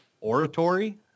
oratory